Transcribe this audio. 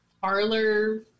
parlor